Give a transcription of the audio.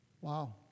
Wow